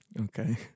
Okay